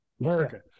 America